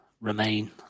remain